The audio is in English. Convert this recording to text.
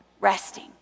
resting